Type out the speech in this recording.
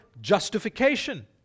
justification